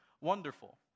wonderful